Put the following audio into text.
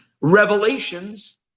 revelations